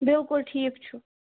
بِلکُل ٹھیٖک چھُ